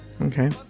Okay